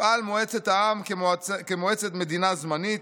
"תפעל מועצת העם כמועצת מדינה זמנית,